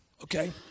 okay